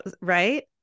right